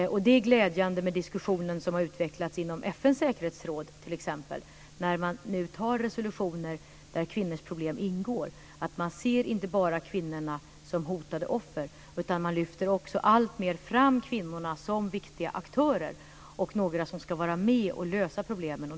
Det är glädjande med diskussionen som har utvecklats inom FN:s säkerhetsråd t.ex. Där antar man nu resolutioner där kvinnor ingår. Man ser inte kvinnorna bara som hotade offer, utan man lyfter alltmer fram kvinnorna som viktiga aktörer och några som ska vara med och lösa problemen.